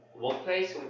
workplace